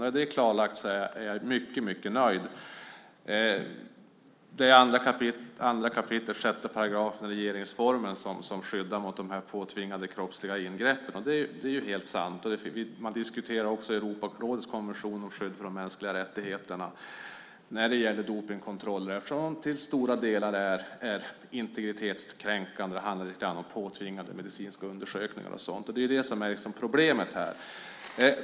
Är det klarlagt så är jag mycket nöjd. Det är 2 kap. 6 § i regeringsformen som skyddar mot de här påtvingade kroppsliga ingreppen. Det är ju helt sant. Man diskuterar också Europarådets konvention om skydd för de mänskliga rättigheterna när det gäller dopningkontroller eftersom de till stora delar är integritetskränkande. Det handlar lite grann om påtvingade medicinska undersökningar och sådant. Det är liksom det som är problemet här.